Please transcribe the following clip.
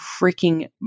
freaking